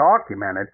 documented